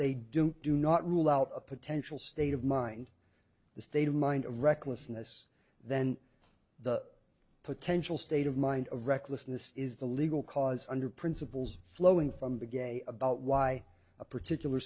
they don't do not rule out a potential state of mind the state of mind of recklessness then the potential state of mind of recklessness is the legal cause under principles flowing from the game about why a particular